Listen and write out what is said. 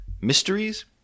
Mysteries